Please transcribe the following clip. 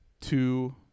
two